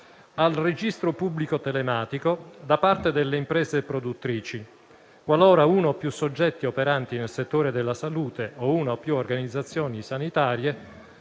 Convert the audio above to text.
al registro pubblico telematico da parte delle imprese produttrici, qualora uno o più soggetti operanti nel settore della salute o una o più organizzazioni sanitarie